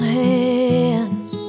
hands